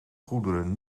goederen